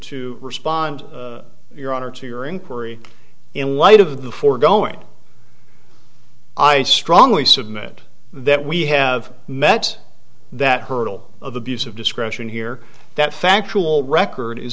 to respond your honor to your inquiry in light of the foregoing i strongly submit that we have met that hurdle of abuse of discretion here that factual record is